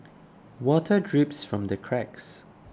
water drips from the cracks